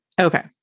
Okay